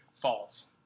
falls